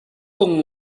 con